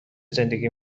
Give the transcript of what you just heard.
زندگی